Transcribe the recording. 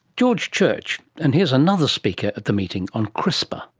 george church. and here's another speaker at the meeting on crispr.